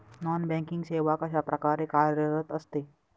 Non banking सेवा कशाप्रकारे कार्यरत असते?